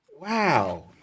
wow